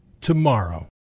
tomorrow